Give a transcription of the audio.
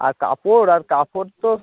আর কাপড় আর কাপড় তো